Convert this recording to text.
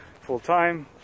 full-time